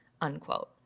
unquote